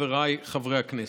חבריי חברי הכנסת.